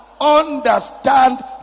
understand